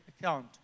account